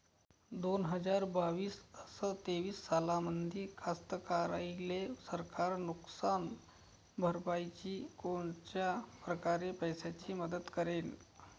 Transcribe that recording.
दोन हजार बावीस अस तेवीस सालामंदी कास्तकाराइले सरकार नुकसान भरपाईची कोनच्या परकारे पैशाची मदत करेन?